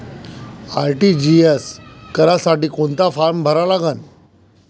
RTGS करासाठी कोंता फारम भरा लागन?